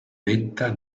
vetta